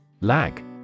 Lag